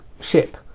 ship